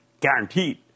guaranteed